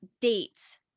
dates